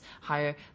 higher